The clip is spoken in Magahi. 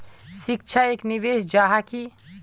शिक्षा एक निवेश जाहा की?